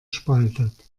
spaltet